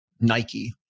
Nike